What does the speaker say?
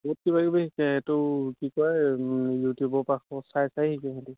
বহুত কিবাকিবি শিকে এইটো কি কয় ইউটিউবৰপৰা চাই চাই শিকে সেহেঁতি